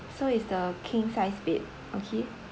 so it's the king sized bed okay